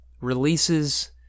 releases